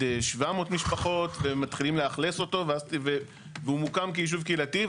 ל-700 משפחות ומתחילים לאכלס אותו והוא מוקם כיישוב קהילתי.